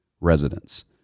residents